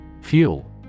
Fuel